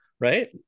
Right